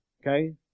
Okay